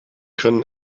können